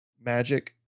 Magic